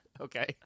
Okay